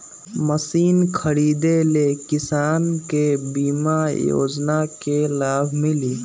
Machine खरीदे ले किसान के बीमा योजना के लाभ मिली?